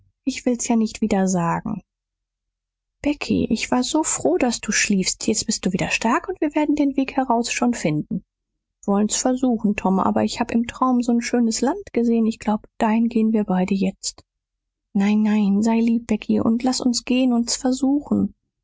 ich will's ja nicht wiedersagen becky ich war so froh daß du schliefst jetzt bist du wieder stark und wir werden den weg heraus schon finden wollen's versuchen tom aber ich hab im traum so n schönes land gesehen ich glaub dahin gehen wir beide jetzt nein nein sei lieb becky und laß uns gehen und s versuchen